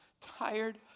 tired